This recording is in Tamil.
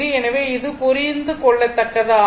எனவே இது புரிந்து கொள்ளத்தக்கது ஆகும்